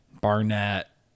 Barnett